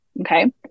Okay